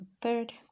third